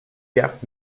gap